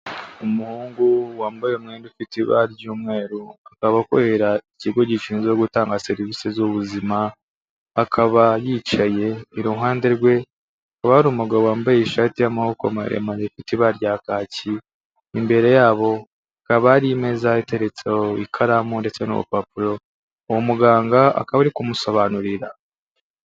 Umuhungu wambaye umwenda ufite ibara ry'umweru, akaba akorera ikigo gishinzwe gutanga serivisi z'ubuzima, akaba yicaye, iruhande rwe hakaba hari umugabo wambaye ishati y'amaboko maremare ifite ibara rya kacyi, imbere yabo hakaba hari imeza iteretseho ikaramu ndetse n'urupapuro, uwo muganga akaba ari kumusobanurira.